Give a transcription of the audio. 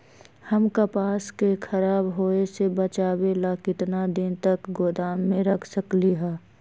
हम कपास के खराब होए से बचाबे ला कितना दिन तक गोदाम में रख सकली ह?